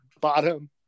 bottom